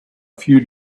few